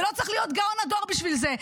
ולא צריך להיות גאון הדור בשביל זה,